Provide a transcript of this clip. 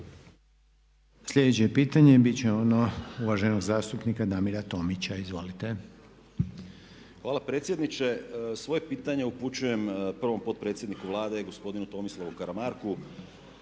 Sljedeće pitanje biti će ono uvaženog zastupnika Damira Tomića. Izvolite. **Tomić, Damir (SDP)** Hvala predsjedniče. Svoje pitanje upućujem prvom potpredsjedniku Vlade gospodinu Tomislavu Karamarku.